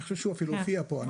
אני חושב שהוא אפילו הופיע פה.